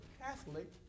Catholic